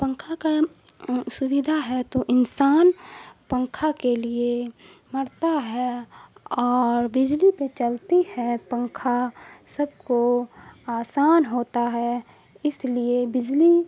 پنکھا کا سویدھا ہے تو انسان پنکھا کے لیے مرتا ہے اور بجلی پہ چلتی ہے پنکھا سب کو آسان ہوتا ہے اس لیے بجلی